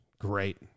great